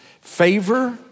Favor